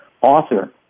author